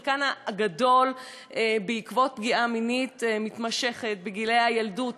חלקן הגדול בעקבות פגיעה מינית מתמשכת בגיל הילדות,